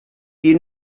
you